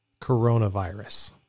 coronavirus